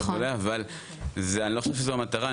אבל זה אני לא חושב שזו המטרה,